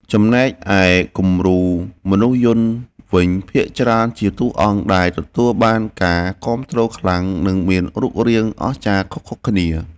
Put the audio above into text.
ចំណែកឯគំរូមនុស្សយន្តវិញភាគច្រើនជាតួអង្គដែលទទួលបានការគាំទ្រខ្លាំង និងមានរូបរាងអស្ចារ្យខុសៗគ្នា។